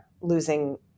losing